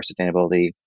sustainability